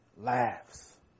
Laughs